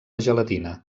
gelatina